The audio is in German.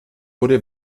wurde